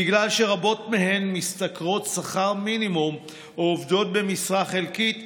בגלל שרבות מהן משתכרות שכר מינימום או עובדות במשרה חלקית,